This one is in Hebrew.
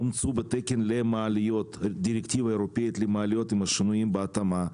אומצו בתקן למעליות דירקטיבה אירופאית למעליות עם שינויים בהתאמה,